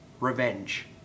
revenge